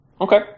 Okay